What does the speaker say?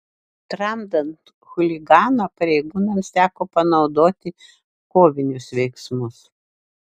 tramdant chuliganą pareigūnams teko panaudoti kovinius veiksmus